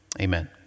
Amen